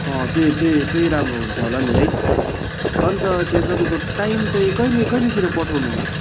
अँ त्यही त्यही त्यही राम्रो हुन्छ होला नि है अन्त के अरे तपाईँको टाइम चाहिँ कहिले कहिलेतिर पठाउनु होला